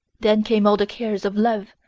then came all the cares of love,